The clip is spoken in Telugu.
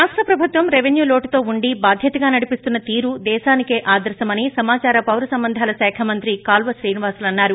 రాష్ట ప్రభుత్వం రెవెన్యూ లోటుతో వుండి బాధ్యతగా నడిపిస్తున్న తీరు దేశానికే ఆదర్శమని సమాదార పౌర సంబంధాల శాఖ మంత్రి కాలువ శ్రీనివాసులు అన్నారు